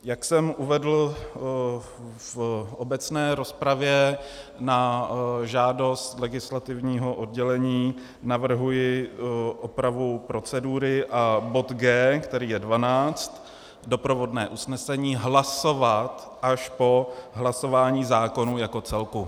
Jak jsem uvedl v obecné rozpravě, na žádost legislativního oddělení navrhuji opravu procedury a bod G, který je 12, doprovodné usnesení, hlasovat až po hlasování zákonu jako celku.